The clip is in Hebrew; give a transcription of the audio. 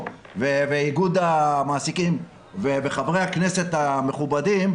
וארגון המעסיקים וחברי הכנסת המכובדים,